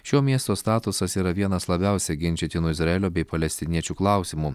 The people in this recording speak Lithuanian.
šio miesto statusas yra vienas labiausia ginčytinų izraelio bei palestiniečių klausimų